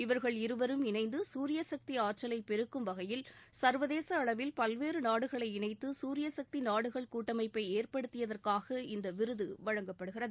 இவர்கள் இருவரும் இணைந்து சூரிய சக்தி ஆற்றலை பெருக்கும் வகையில் சர்வதேச அளவில் பல்வேறு நாடுகளை இணைத்து சூரியசக்தி நாடுகள் கூட்டமைப்பை ஏற்படுத்தியதற்காக இந்த விருது வழங்கப்படுகிறது